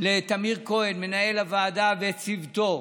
לטמיר כהן, מנהל הוועדה, וצוותו